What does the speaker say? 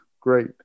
great